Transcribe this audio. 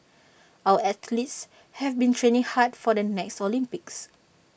our athletes have been training hard for the next Olympics